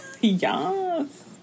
Yes